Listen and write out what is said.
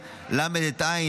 ל' את ע',